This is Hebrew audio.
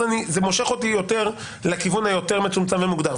זה מושך אותי לכיוון היותר מצומצם ומוגדר,